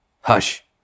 Hush